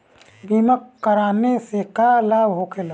बीमा कराने से का लाभ होखेला?